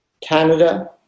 Canada